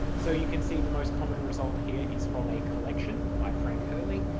so you can see the most common result here is from a collection by frank hurley,